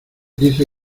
dice